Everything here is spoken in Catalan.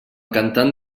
cantant